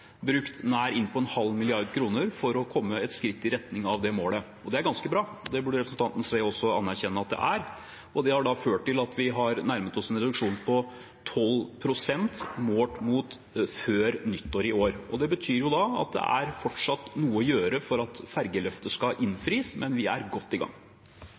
for å komme et skritt i retning av det målet. Det er ganske bra, og det burde også representanten Sve anerkjenne at det er. Det har ført til at vi har nærmet oss en reduksjon på 12 pst. målt mot nivået fra før nyttår i år. Det betyr at det er fortsatt noe å gjøre for at ferjeløftet skal innfris, men vi er godt i gang.